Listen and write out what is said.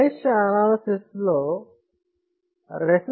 mesh analysis లో R